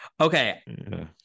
Okay